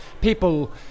people